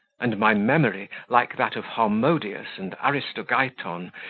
and my memory, like that of harmodius and aristogiton,